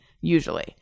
usually